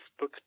Facebook